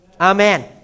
Amen